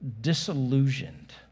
disillusioned